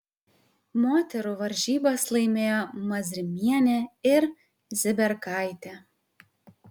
moterų varžybas laimėjo mazrimienė ir ziberkaitė